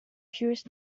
puris